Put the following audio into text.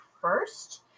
first